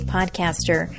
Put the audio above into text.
Podcaster